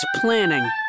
planning